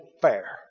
fair